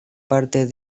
parte